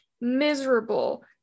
miserable